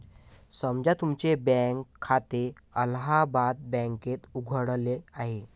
समजा तुमचे बँक खाते अलाहाबाद बँकेत उघडले आहे